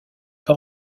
pas